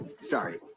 sorry